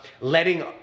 letting